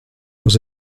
was